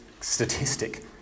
statistic